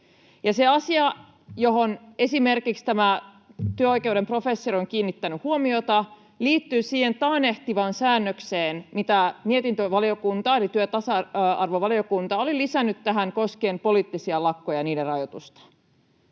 Se asia, johon esimerkiksi tämä työoikeuden professori on kiinnittänyt huomiota, liittyy siihen taannehtivaan säännökseen, minkä mietintövaliokunta eli työ- ja tasa-arvovaliokunta oli lisännyt tähän koskien poliittisia lakkoja ja niiden rajoitusta.